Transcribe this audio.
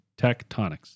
tectonics